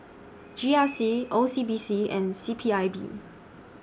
G R C O C B C and C P I B